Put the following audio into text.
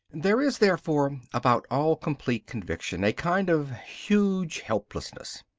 there is, therefore, about all complete conviction a kind of huge helplessness.